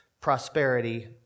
prosperity